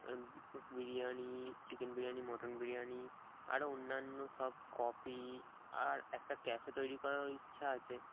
biryani chicken biryani mutton biryani আরও অন্যান্য সব কফি আর একটা ক্যাফে তৈরি করার ইচ্ছা আছে